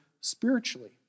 spiritually